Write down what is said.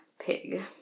pig